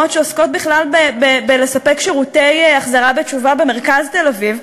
שעוסקות בכלל בשירותי החזרה בתשובה במרכז תל-אביב.